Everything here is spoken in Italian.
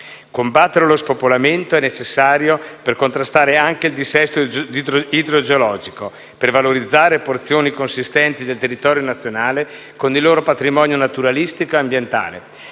Combattere lo spopolamento è necessario per contrastare anche il dissesto idrogeologico e per valorizzare porzioni consistenti del territorio nazionale con il loro patrimonio naturalistico e ambientale.